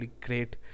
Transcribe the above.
great